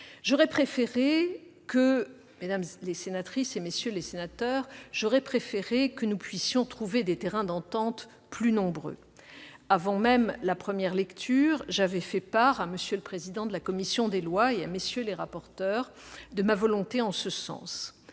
sénateurs, que nous puissions trouver des terrains d'entente plus nombreux. Nous aussi ! Avant même la première lecture, j'avais fait part à M. le président de la commission des lois et à MM. les rapporteurs de ma volonté en ce sens.